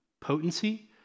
Potency